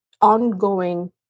ongoing